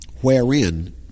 wherein